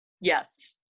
Yes